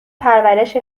پرورش